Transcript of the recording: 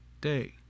day